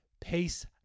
peace